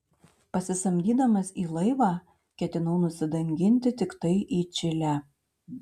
pasisamdydamas į laivą ketinau nusidanginti tiktai į čilę